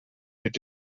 mit